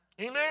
Amen